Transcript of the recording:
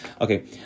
Okay